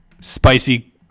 Spicy